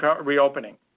reopening